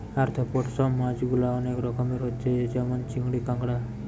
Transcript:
arthropod সব মাছ গুলা অনেক রকমের হচ্ছে যেমন চিংড়ি, কাঁকড়া